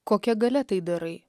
kokia galia tai darai